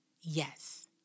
yes